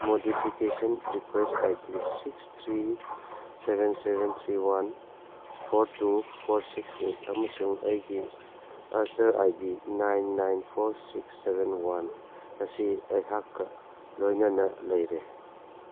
modification request I D six three seven seven three one four two four six eight ꯑꯃꯁꯨꯡ ꯑꯩꯒꯤ ꯑꯁꯔ I D nine nine four six seven one ꯑꯁꯤ ꯑꯩꯍꯥꯛꯀ ꯂꯣꯏꯅꯅ ꯂꯩꯔꯦ